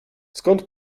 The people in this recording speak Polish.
skąd